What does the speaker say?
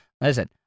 listen